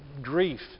grief